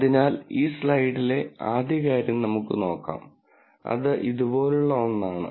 അതിനാൽ ഈ സ്ലൈഡിലെ ആദ്യ കാര്യം നമുക്ക് നോക്കാം അത് ഇതുപോലുള്ള ഒന്ന് ആണ്